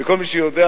וכל מי שיודע,